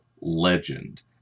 legend